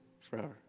forever